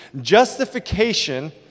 justification